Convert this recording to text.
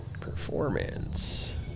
Performance